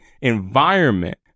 environment